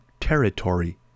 territory